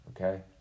okay